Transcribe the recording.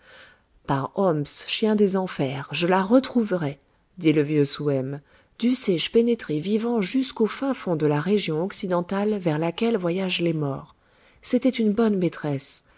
oms chien des enfers je la retrouverai dit le vieux souhem dussé-je pénétrer vivant jusqu'au fond de la région occidentale vers laquelle voyagent les morts c'était une bonne maîtresse